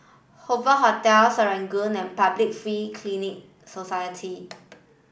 Hoover Hotel Serangoon and Public Free Clinic Society